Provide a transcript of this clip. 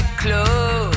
close